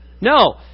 No